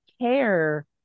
care